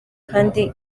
kandi